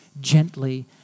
gently